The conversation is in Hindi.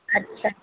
अच्छा